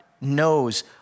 knows